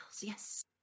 yes